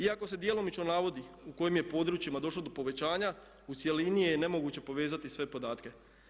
Iako se djelomično navodi u kojim je područjima došlo do povećanja u cjelini je nemoguće povezati sve podatke.